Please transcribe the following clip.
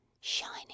shining